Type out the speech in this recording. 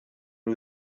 nhw